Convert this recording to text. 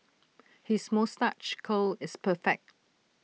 his moustache curl is perfect